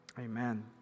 Amen